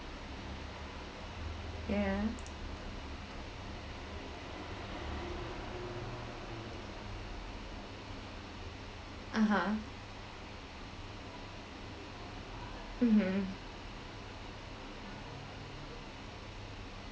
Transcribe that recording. yeah (uh huh) mmhmm